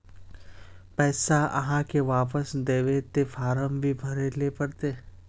पैसा आहाँ के वापस दबे ते फारम भी भरें ले पड़ते?